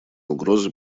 угрозы